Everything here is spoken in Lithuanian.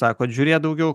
sakot žiūrėt daugiau